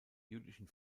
jüdischen